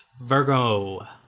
Virgo